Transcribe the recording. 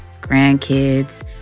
grandkids